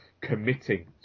committing